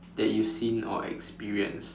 that you've seen or experienced